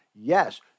Yes